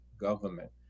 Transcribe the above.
government